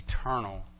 eternal